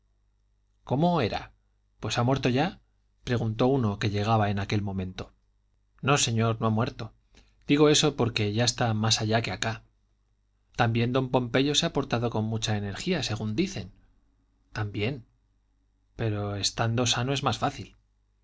cómo era pues ha muerto ya preguntó uno que llegaba en aquel momento no señor no ha muerto digo eso porque ya está más allá que acá también don pompeyo se ha portado con mucha energía según dicen también pero estando sano es más fácil